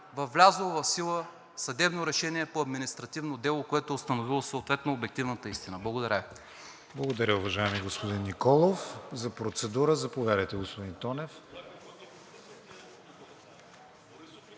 влязло в сила съдебно решение по административно дело, което съответно е установило обективната истина! Благодаря